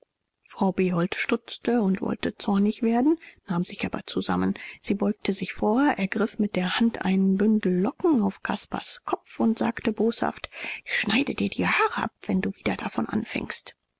frau behold stutzte und wollte zornig werden nahm sich aber zusammen sie beugte sich vor ergriff mit der hand einen bündel locken auf caspars kopf und sagte boshaft ich schneide dir die haare ab wenn du wieder davon anfängst